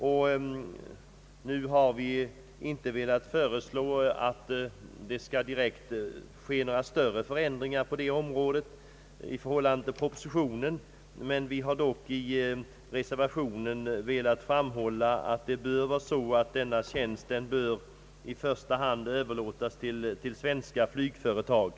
Vi har inte velat föreslå att några större förändringar på detta område skall ske i förhållande till propositionen, men vi har dock i reservationen velat framhålla, att ramptjänsten i första hand bör överlåtas till svenska flygföretag.